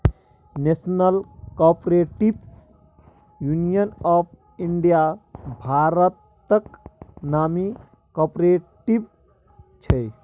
national cooperative union of India भारतक नामी cooperative छै